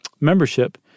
membership